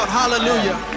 hallelujah